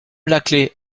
laclais